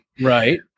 Right